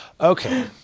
Okay